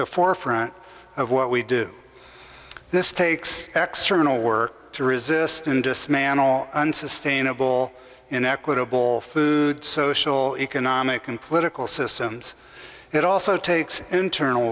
the forefront of what we do this takes extra work to resist and dismantle unsustainable inequitable food social economic and political systems it also takes internal